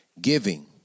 giving